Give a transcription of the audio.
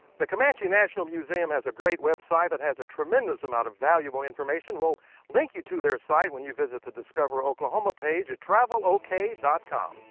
the comanche national museum has a great website that has a tremendous amount of valuable information. we'll link you to their site when you visit the discover oklahoma page at travel ok dot com.